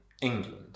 England